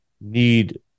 need